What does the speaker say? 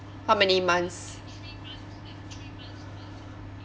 how many months